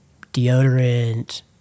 deodorant